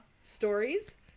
stories